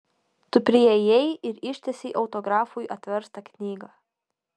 tu priėjai ir ištiesei autografui atverstą knygą